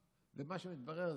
ומה שמתברר,